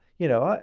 you know,